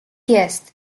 jest